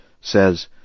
says